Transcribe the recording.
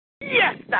Yes